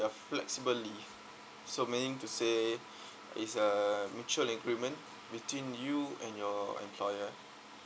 a flexible leave so meaning to say it's a mutual agreement between you and your employer